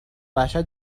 وحشت